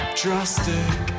drastic